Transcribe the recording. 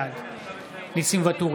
בעד ניסים ואטורי,